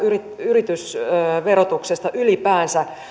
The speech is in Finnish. yritysverotuksesta ylipäänsä